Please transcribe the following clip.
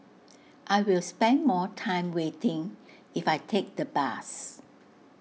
I'll spend more time waiting if I take the bus